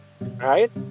Right